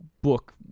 book